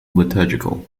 liturgical